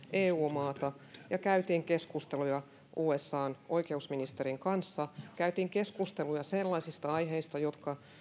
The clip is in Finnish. eu maata ja käydä keskusteluja usan oikeusministerin kanssa käytiin keskusteluja sellaisista aiheista jotka